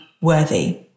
worthy